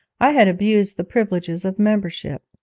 i had abused the privileges of membership.